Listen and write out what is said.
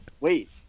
wait